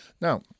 Now